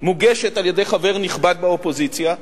שמוגשת על-ידי חבר נכבד באופוזיציה,